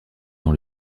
dans